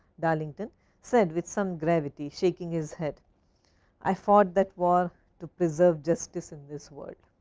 darlington said with some gravity shaking his head i fought that war to preserve justice in this world.